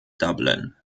dublin